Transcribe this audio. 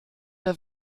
der